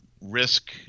risk